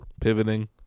Pivoting